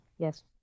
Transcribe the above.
Yes